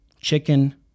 chicken